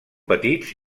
petits